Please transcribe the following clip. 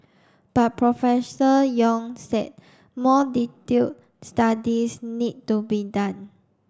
but Professor Yong said more detailed studies need to be done